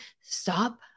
Stop